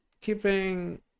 keeping